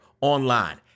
online